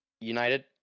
United